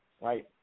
right